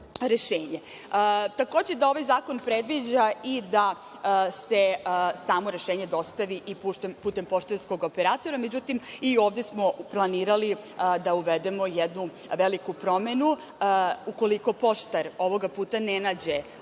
ovaj zakon predviđa i da se samo rešenje dostavi i putem poštanskog operatora. Međutim, i ovde smo planirali da uvedemo jednu veliku promenu. Ukoliko poštar ovoga puta ne nađe